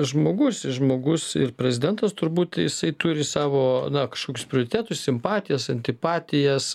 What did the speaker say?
žmogus žmogus ir prezidentas turbūt jisai turi savo na kažkokius prioritetus simpatijas antipatijas